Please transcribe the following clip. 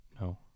no